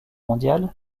mondiale